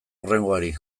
hurrengoari